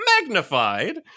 magnified